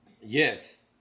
Yes